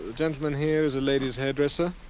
gentlemen here is a lady's hairdresser